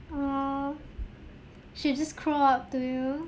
!aww! she just crawl up to you